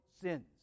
sins